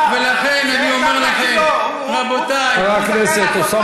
לכן אני אומר לכם, רבותי, מה זה הטיעון